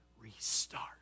restart